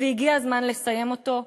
הגיע הזמן לסיים אותו.